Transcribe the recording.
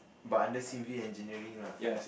but under civil engineering lah